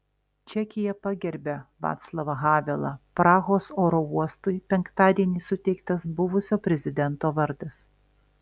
čekija pagerbia vaclavą havelą prahos oro uostui penktadienį suteiktas buvusio prezidento vardas